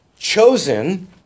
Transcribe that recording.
Chosen